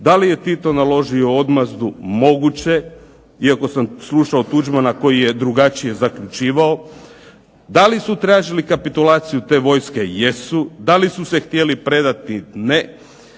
da li je Tito naložio odmazdu moguće, iako sam slušao Tuđmana koji je drugačije zaključivao. Da li su tražili kapitulaciju te vojske? Jesu. Da li su se htjeli predati? Ne.